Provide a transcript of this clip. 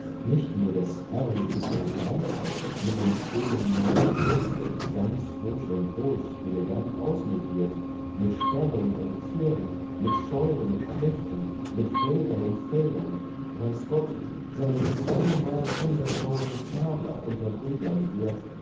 nicht nur das herrliche groß lanzau mit dem schönen neuen schloß ganz durch und durch elegant ausmöbliert mit stallung und pferden mit scheunen und knechten mit wäldern und feldern weiß gott seine zweimalhunderttausend taler unter brüdern wert